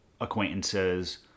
acquaintances